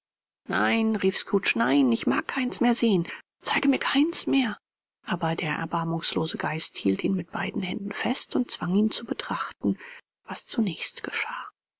nein rief scrooge nein ich mag keins mehr sehen zeige mir keins mehr aber der erbarmungslose geist hielt ihn mit beiden händen fest und zwang ihn zu betrachten was zunächst geschah